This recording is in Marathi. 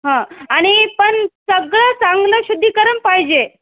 हं आणि पण सगळं चांगलं शुद्धीकरण पाहिजे